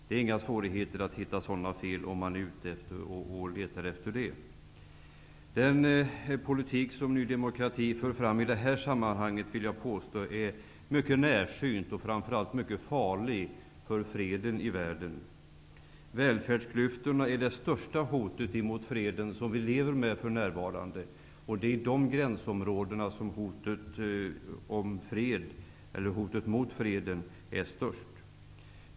Det är alltså inte svårt att hitta fel, om man nu letar efter sådana. Den politik som Ny demokrati för fram i det här sammanhanget vill jag påstå är mycket närsynt och framför allt mycket farlig för freden i världen. Välfärdsklyftorna är det största hot mot freden som vi för närvarande lever med. Det är i de gränsområdena som hotet mot freden är störst.